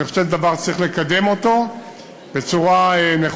אני חושב שזה דבר שצריך לקדם אותו בצורה נכונה